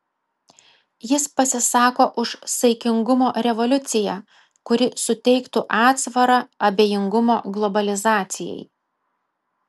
jis pasisako už saikingumo revoliuciją kuri suteiktų atsvarą abejingumo globalizacijai